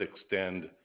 extend